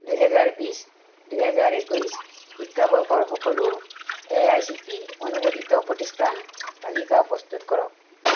দুহেজাৰ বিছ দুহেজাৰ একৈছ শিক্ষাবৰ্ষৰ সকলো এআইচিটি অনুমোদিত প্ৰতিষ্ঠানৰ তালিকা প্ৰস্তুত কৰক